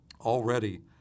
Already